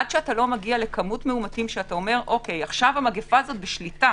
עד שאתה לא מגיע לכמות מאומתים שאתה אומר: עכשיו המגפה הזאת בשליטה